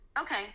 Okay